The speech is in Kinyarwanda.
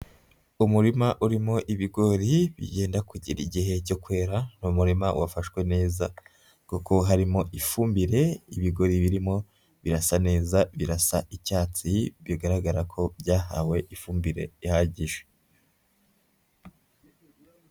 Umurima urimo ibigori byenda kugera igihe cyo kwera, ni umuririma wafashwe neza kuko harimo ifumbire, ibigori birimo birasa neza birasa icyatsi bigaragara ko byahawe ifumbire ihagije.